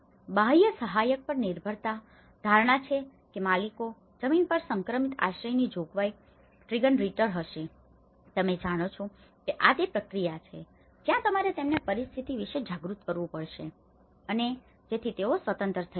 બાહ્ય સહાયક પર નિર્ભરતા ધારણા છે કે માલિકો જમીન પર સંક્રમિત આશ્રયની જોગવાઈ ટ્રિગર રીટર્ન હશે તમે જાણો છો કે આ તે પ્રક્રિયા છે જ્યાં તમારે તેમને પરિસ્થિતિ વિશે જાગૃત કરવું પડશે અને જેથી તેઓ સ્વતંત્ર થઈ શકે